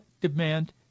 demand